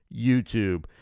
YouTube